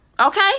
okay